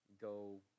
go